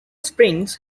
springs